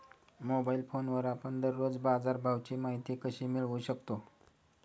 Mobile फोनवर आपण दररोज बाजारभावाची माहिती कशी मिळवू शकतो?